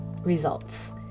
results